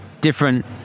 different